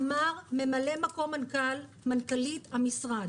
אמר ממלא מקום מנכ"לית המשרד: